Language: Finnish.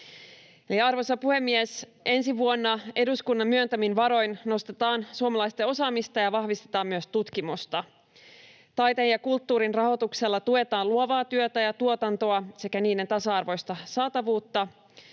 Arvoisa puhemies! Ensi vuonna eduskunnan myöntämin varoin nostetaan suomalaisten osaamista ja vahvistetaan myös tutkimusta. Taiteen ja kulttuurin rahoituksella tuetaan luovaa työtä ja tuotantoa sekä niiden tasa-arvoista saatavuutta.